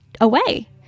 away